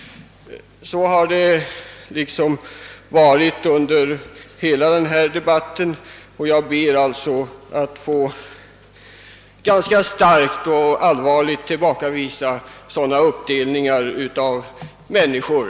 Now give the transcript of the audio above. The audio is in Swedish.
Denna inställning har märkts under hela debatten. Jag ber att starkt och allvarligt få tillbakavisa sådana uppdelningar av människor.